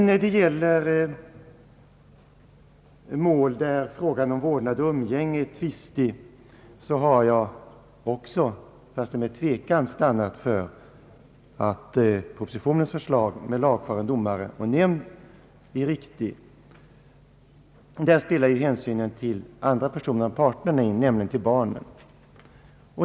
När det gäller mål där frågan om vårdnad och umgänge är tvistig har jag också, fastän med tvekan, stannat för propositionens förslag med lagfaren domare och nämnd. Där spelar hänsynen till andra personer än parterna in, nämligen till barnen.